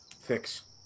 fix